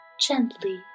gently